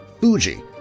fuji